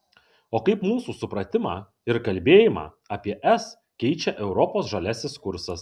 o kaip mūsų supratimą ir kalbėjimą apie es keičia europos žaliasis kursas